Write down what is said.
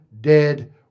dead